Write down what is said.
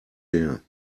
her